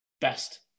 best